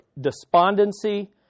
Despondency